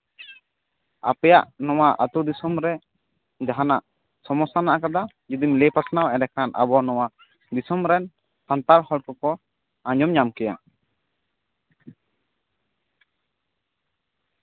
ᱟᱯᱮᱭᱟᱜ ᱱᱚᱣᱟ ᱟᱹᱛᱩ ᱫᱤᱥᱚᱢ ᱨᱮ ᱡᱟᱦᱟᱸᱱᱟᱜ ᱥᱚᱢᱚᱥᱥᱟ ᱢᱮᱱᱟᱜ ᱟᱠᱟᱫᱟ ᱡᱩᱫᱤᱢ ᱞᱟᱹᱭ ᱯᱟᱥᱱᱟᱣᱟ ᱮᱱᱮᱠᱷᱟᱱ ᱟᱵᱚᱣᱟᱜ ᱱᱚᱣᱟ ᱫᱤᱥᱚᱢ ᱨᱮᱱ ᱥᱟᱱᱛᱟᱲ ᱦᱚᱲ ᱠᱚᱠᱚ ᱟᱸᱡᱚᱢ ᱧᱟᱢ ᱠᱮᱭᱟ